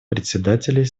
председателей